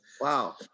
Wow